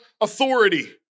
authority